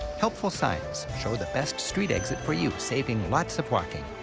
helpful signs show the best street exit for you, saving lots of walking.